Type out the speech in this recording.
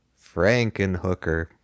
Frankenhooker